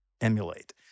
emulate